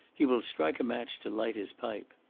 he will strike a match to light his pipe.